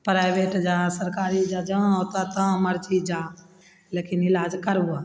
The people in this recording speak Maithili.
प्राइवेट जा सरकारी जा जहाँ होतऽ तहाँ मर्जी जा लेकिन इलाज करबऽ